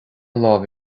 lámh